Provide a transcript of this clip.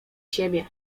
siebie